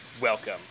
Welcome